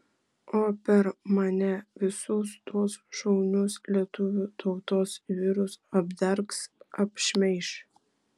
o per mane visus tuos šaunius lietuvių tautos vyrus apdergs apšmeiš